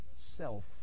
self